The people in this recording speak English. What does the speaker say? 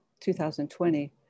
2020